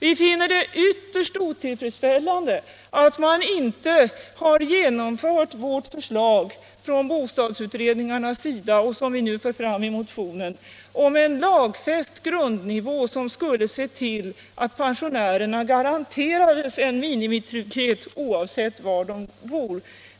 Vi finner det ytterst otillfredsställande att man inte har genomfört vårt förslag från bostadsutredningarnas sida och som vi nu fört fram i motionen om en lagfäst grundnivå, som skulle se till att pensionärerna garanterades en minimitrygghet oavsett var de bor.